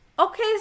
Okay